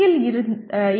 ல் ஏ